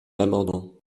amendement